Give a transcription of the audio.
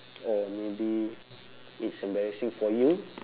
or maybe it's embarrassing for you